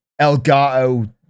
Elgato